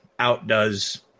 outdoes